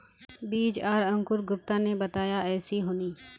बीज आर अंकूर गुप्ता ने बताया ऐसी होनी?